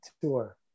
tour